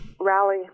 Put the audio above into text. rally